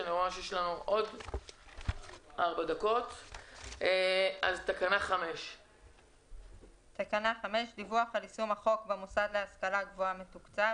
5. "דיווח על יישום החוק במוסד להשכלה גבוהה מתוקצב